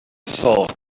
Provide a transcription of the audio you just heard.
saw